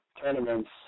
tournaments